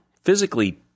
physically